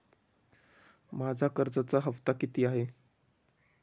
माझा कर्जाचा हफ्ता किती आहे?